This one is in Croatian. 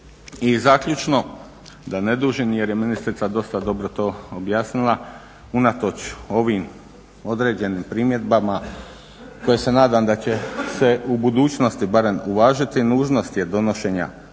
I zaključno, da ne dužim jer je ministrica dosta dobro to objasnila. Unatoč ovim određenim primjedbama, ja se nadam da će se u budućnosti barem uvažiti nužnost donošenja